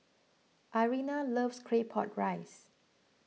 Irena loves Claypot Rice